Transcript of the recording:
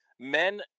Men